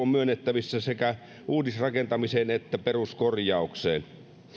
on myönnettävissä sekä uudisrakentamiseen että peruskorjaukseen